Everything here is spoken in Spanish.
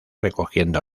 recogiendo